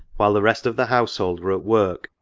while the rest of the household were at work,